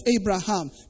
Abraham